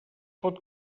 pot